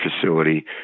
facility